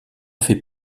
fait